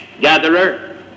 gatherer